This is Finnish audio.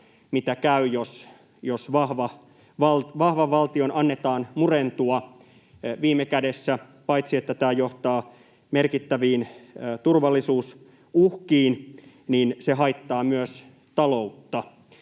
mitä käy, jos vahvan valtion annetaan murentua. Viime kädessä se paitsi johtaa merkittäviin turvallisuusuhkiin myös haittaa taloutta.